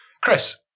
Chris